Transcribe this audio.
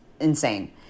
insane